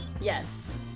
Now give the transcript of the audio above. Yes